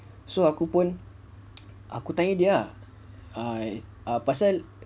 so aku pun aku tanya dia ah I ah pasal